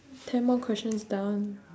ten more questions down